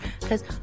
Cause